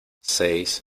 seis